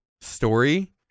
story